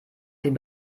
dem